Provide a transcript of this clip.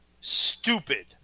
Stupid